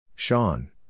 Sean